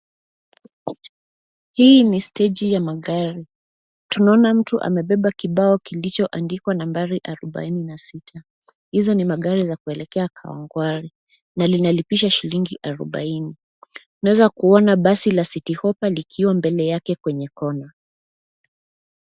Hii ni steji ya magari. Tunaona mtu amebeba kibao kilichoandikwa nambari 46. Hizo ni magari za kuelekea Kawangware na linalipisha shilingi 40. Unaweza kuona basi la Citi Hoppa likiwa mbele yake kwenye kona.